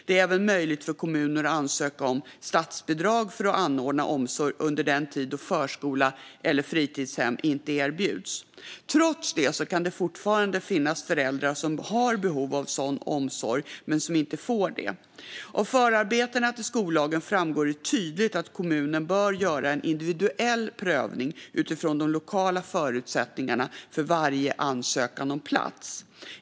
Det är även möjligt för kommuner att ansöka om statsbidrag för att anordna omsorg under den tid då förskola eller fritidshem inte erbjuds. Trots detta kan det fortfarande finnas föräldrar som har behov av sådan omsorg men som inte får det. Av förarbetena till skollagen framgår det tydligt att kommunen bör göra en individuell prövning utifrån de lokala förutsättningarna för varje ansökan om plats.